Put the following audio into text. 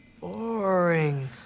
boring